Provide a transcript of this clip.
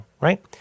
right